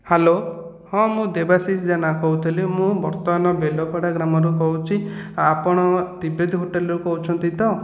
hello ହଁ ମୁଁ ଦେବାଶିଷ ଜେନା କହୁଥିଲି ମୁଁ ବର୍ତ୍ତମାନ ବେଲପଡା ଗ୍ରାମରୁ କହୁଛି ଆପଣ ତିବେତ ହୋଟେଲରୁ କହୁଛନ୍ତି ତ